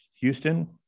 Houston